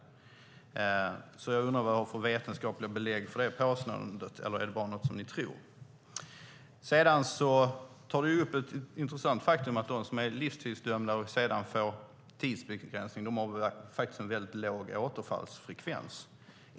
Jag undrar därför vilka vetenskapliga belägg Kent Ekeroth har för detta påstående eller om det bara är något som ni tror. Sedan tar Kent Ekeroth upp ett intressant faktum: att de som är livstidsdömda och sedan får tidsbegränsning faktiskt har en väldigt låg återfallsfrekvens.